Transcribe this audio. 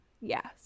Yes